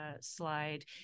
slide